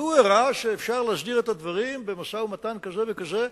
והוא הראה שאפשר להסדיר את הדברים במשא-ומתן כזה וכזה.